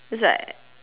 is like